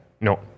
no